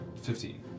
Fifteen